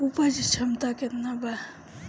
उपज क्षमता केतना वा?